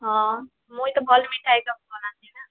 ହଁ ମୁଇଁ ତ ଭଲ ମିଠା ଏକ୍ଦମ୍ ବନାସି ନା